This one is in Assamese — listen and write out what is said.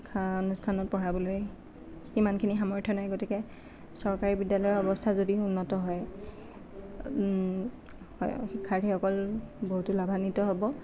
শিক্ষা অনুষ্ঠানত পঢ়াবলৈ ইমানখিনি সামৰ্থ নাই গতিকে চৰকাৰী বিদ্যালয়ৰ অৱস্থা যদি উন্নত হয় শিক্ষাৰ্থীসকল বহুতো লাভান্নিত হ'ব